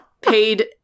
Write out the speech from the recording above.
Paid